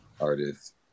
artist